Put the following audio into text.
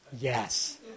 Yes